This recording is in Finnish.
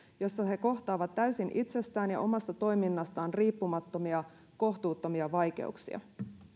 jossa he kohtaavat täysin itsestään ja omasta toiminnastaan riippumattomia kohtuuttomia vaikeuksia